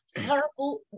horrible